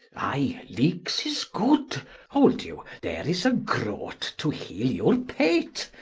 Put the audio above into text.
i, leekes is good hold you, there is a groat to heale your pate